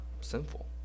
sinful